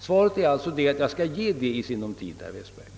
Svaret är alltså att jag skall ge besked i sinom tid, herr Westberg.